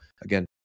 again